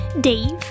Dave